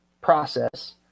process